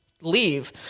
leave